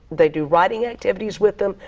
they do writing activities with them.